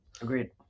Agreed